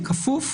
בכפוף